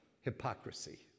hypocrisy